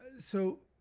so,